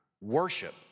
worship